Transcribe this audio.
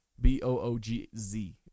B-O-O-G-Z